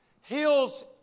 Heals